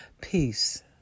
Peace